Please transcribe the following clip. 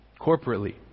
corporately